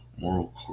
moral